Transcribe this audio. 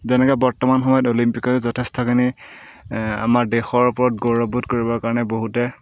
যেনেকৈ বৰ্তমান সময়ত অলিম্পিকৰ যথেষ্টখিনি আমাৰ দেশৰ ওপৰত গৌৰৱবোধ কৰিবৰ কাৰণে বহুতে